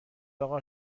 اقا